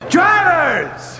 Drivers